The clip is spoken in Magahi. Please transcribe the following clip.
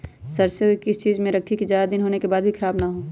सरसो को किस चीज में रखे की ज्यादा दिन होने के बाद भी ख़राब ना हो?